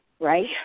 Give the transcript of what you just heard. right